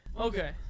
Okay